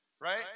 right